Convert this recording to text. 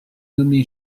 nommé